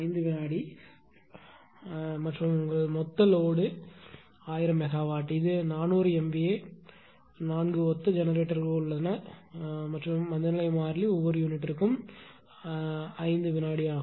0 வினாடி மற்றும் உங்கள் மொத்த லோடு இந்த 1000 மெகாவாட் இது 400 MVA 4 ஒத்த ஜெனரேட்டர் மற்றும் உங்கள் மந்தநிலை மாறிலி ஒவ்வொரு யூனிட்டிற்கும் 400 MVA 5 வினாடி ஆகும்